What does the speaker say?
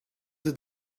the